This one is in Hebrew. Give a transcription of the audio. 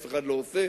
אף אחד לא עושה.